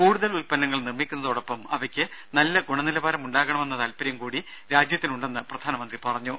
കൂടുതൽ ഉത്പന്നങ്ങൾ നിർമ്മിക്കുന്നതോടൊപ്പം അവക്ക് നല്ല ഗുണനിലവാരം ഉണ്ടാകണമെന്ന താല്പര്യം കൂടി രാജ്യത്തിനുണ്ടെന്ന് പ്രധാനമന്ത്രി പറഞ്ഞു